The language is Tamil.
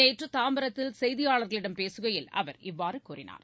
நேற்றுதாம்பரத்தில் செய்தியாளர்களிடம் பேசுகையில் அவர் இவ்வாறுகூறினார்